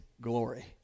glory